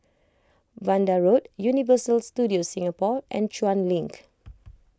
Vanda Road Universal Studios Singapore and Chuan Link